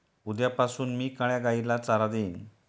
उद्यापासून मी काळ्या गाईला चारा देईन